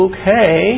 Okay